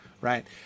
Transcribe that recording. right